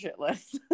shitless